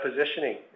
positioning